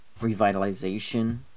revitalization